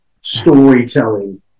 storytelling